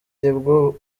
nibwo